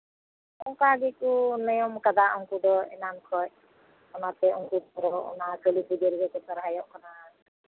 ᱚᱱᱠᱟ ᱜᱮᱠᱚ ᱱᱤᱭᱚᱢ ᱠᱟᱫᱟ ᱩᱱᱠᱩ ᱫᱚ ᱮᱱᱟᱱ ᱠᱷᱚᱡ ᱚᱱᱟᱛᱮ ᱩᱱᱠᱩ ᱫᱚ ᱚᱱᱟ ᱠᱟᱹᱞᱤᱯᱩᱡᱟᱹ ᱨᱮᱜᱮ ᱠᱚ ᱥᱚᱨᱦᱟᱭᱚᱜ ᱠᱟᱱᱟ